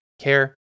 care